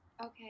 Okay